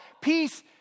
peace